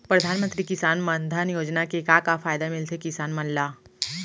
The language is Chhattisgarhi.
परधानमंतरी किसान मन धन योजना के का का फायदा मिलथे किसान मन ला?